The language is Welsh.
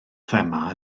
thema